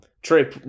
Trey